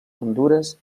hondures